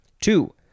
Two